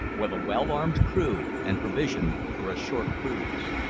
with a well-armed crew, and provisioned for a short cruise.